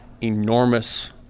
enormous